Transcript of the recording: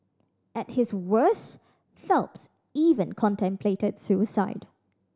at his worst Phelps even contemplated suicide